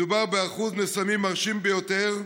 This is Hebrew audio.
מדובר באחוז מסיימים מרשים ביותר,